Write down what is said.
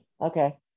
okay